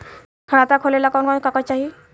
खाता खोलेला कवन कवन कागज चाहीं?